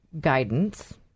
guidance